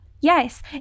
Yes